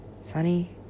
Sunny